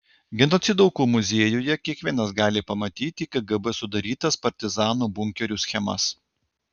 genocido aukų muziejuje kiekvienas gali pamatyti kgb sudarytas partizanų bunkerių schemas